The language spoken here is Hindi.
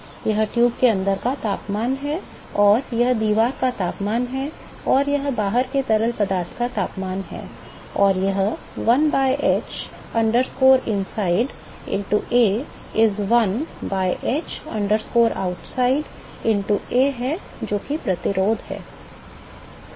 यह ट्यूब के अंदर का तापमान है और यह दीवार का तापमान है और यह बाहर के तरल पदार्थ का तापमान है और यह 1 by h inside into A is 1 by h outside into A हैजो कि प्रतिरोध है